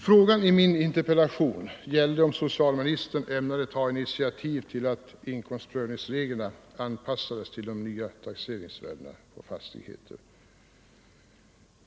Frågan i min interpellation var om socialministern ämnade ta initiativ för att anpassa inkomstprövningsreglerna till de nya taxeringsvärdena på fastigheter.